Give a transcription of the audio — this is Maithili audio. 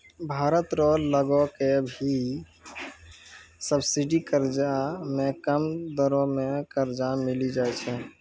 भारत रो लगो के भी सब्सिडी कर्जा मे कम दरो मे कर्जा मिली जाय छै